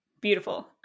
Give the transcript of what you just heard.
Beautiful